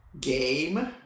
game